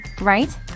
right